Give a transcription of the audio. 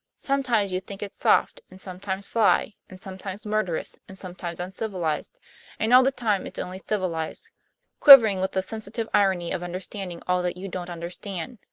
sometimes you think it's soft, and sometimes sly, and sometimes murderous, and sometimes uncivilized and all the time it's only civilized quivering with the sensitive irony of understanding all that you don't understand.